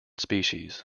species